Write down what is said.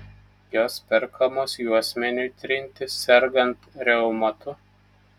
jos perkamos juosmeniui trinti sergant reumatu